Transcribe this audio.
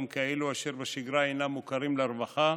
גם כאלו אשר בשגרה אינם מוכרים לרווחה,